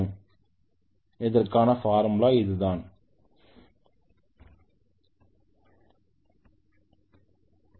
எனவே இதை என்னால் எழுத முடியும் Eb K1If 2π 1500 60